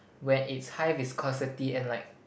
when it's high viscosity and like